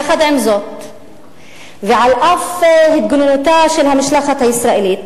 יחד עם זאת, ועל אף התגוננותה של המשלחת הישראלית